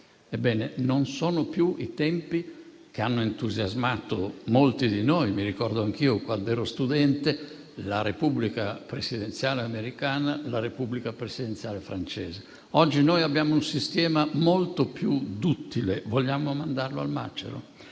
Ebbene, non sono più i tempi che hanno entusiasmato molti di noi, quelli che ricordo anch'io quando ero studente, ossia quelli della Repubblica presidenziale americana e della Repubblica presidenziale francese. Oggi abbiamo un sistema molto più duttile e vogliamo mandarlo al macero?